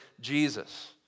Jesus